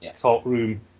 courtroom